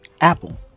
Apple